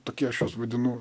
tokie aš juos vadinu